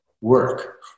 work